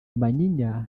manyinya